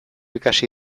ikasi